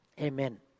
Amen